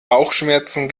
bauchschmerzen